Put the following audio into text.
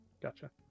gotcha